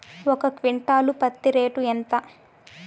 ఒక క్వింటాలు పత్తి రేటు ఎంత?